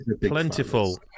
plentiful